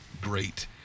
great